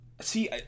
See